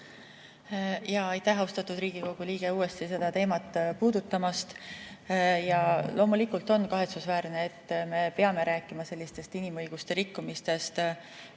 Aitäh, austatud Riigikogu liige, uuesti seda teemat puudutamast! Loomulikult on kahetsusväärne, et me peame rääkima sellistest inimõiguste rikkumistest,